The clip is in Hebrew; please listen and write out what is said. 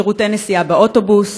שירותי נסיעה באוטובוס?